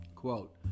quote